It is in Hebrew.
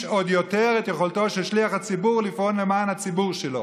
עוד יותר את יכולתו של שליח הציבור לפעול למען הציבור שלו.